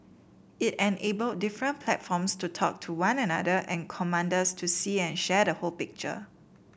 it enabled different platforms to talk to one another and commanders to see and share the whole picture